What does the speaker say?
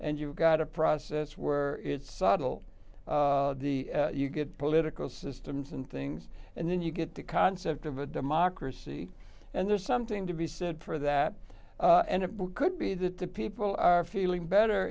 and you've got a process where it's subtle you get political systems and things and then you get the concept of a democracy and there's something to be said for that and it could be that the people are feeling better